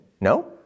No